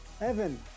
Evan